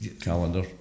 calendar